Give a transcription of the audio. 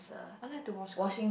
I like to wash clothes